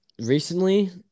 recently